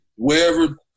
Wherever